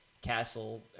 castle